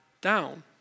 down